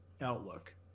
outlook